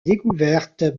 découverte